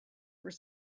were